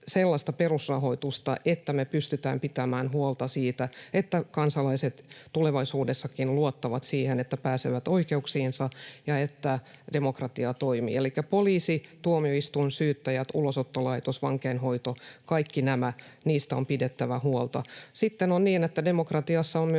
sellaista perusrahoitusta, että me pystytään pitämään huolta siitä, että kansalaiset tulevaisuudessakin luottavat siihen, että pääsevät oikeuksiinsa ja että demokratia toimii. Elikkä poliisi, tuomioistuin, syyttäjät, Ulosottolaitos, vankeinhoito — kaikista näistä on pidettävä huolta. Sitten on niin, että demokratiassa on myös